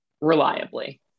reliably